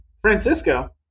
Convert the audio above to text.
Francisco